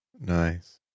Nice